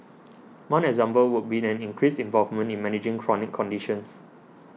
one example would be an increased involvement in managing chronic conditions